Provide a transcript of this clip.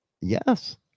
yes